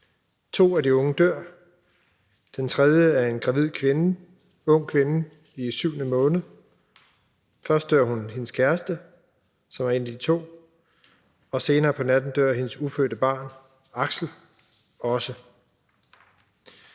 To af de unge dør. Den tredje er en gravid kvinde, en ung kvinde i syvende måned. Først dør hendes kæreste, som er en af de to, og senere på natten dør hendes ufødte barn, Axel, også.